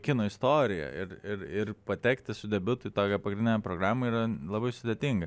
kino istorija ir ir ir patekti su debiutu į tokią pagrindinę programą yra labai sudėtinga